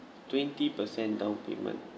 twenty percent down payment